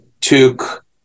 took